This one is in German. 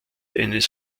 eines